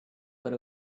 but